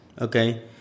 okay